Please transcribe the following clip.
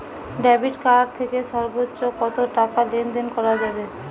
Debit card থেকে সর্বোচ্চ কত টাকা লেনদেন করা যাবে?